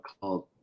called